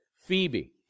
Phoebe